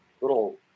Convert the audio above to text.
little